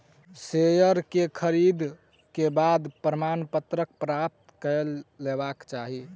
share के खरीद के बाद प्रमाणपत्र प्राप्त कय लेबाक चाही